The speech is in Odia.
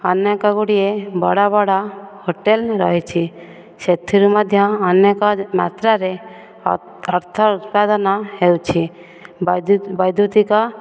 ଅନେକ ଗୁଡ଼ିଏ ବଡ଼ ବଡ଼ ହୋଟେଲ ରହିଛି ସେଥିରୁ ମଧ୍ୟ ଅନେକ ମାତ୍ରାରେ ଅର୍ଥ ଉତ୍ପାଦନ ହେଉଛି ବୈଦ୍ୟୁତିକ